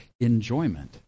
enjoyment